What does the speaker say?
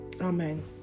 amen